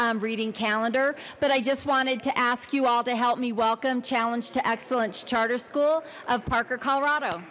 reading calendar but i just wanted to ask you all to help me welcome challenge to excellence charter school of parker colorado